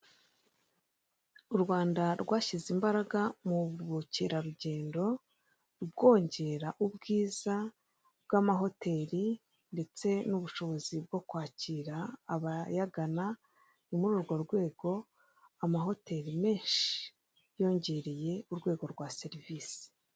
U Rwanda rwashyize imbaraga mu bukerarugendo rwongera ubwiza bw'ama hoteri ndetse n'ubushobozi bwo kwakira abayagana ni muri urwo rwego ama hoteri menshi yongereye urwego rwa serivisi.